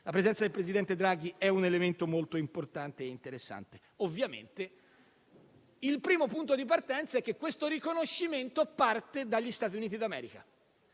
la presidenza del presidente Draghi è un elemento molto importante e interessante. Ovviamente, il punto di partenza è che questo riconoscimento parte dagli Stati Uniti d'America.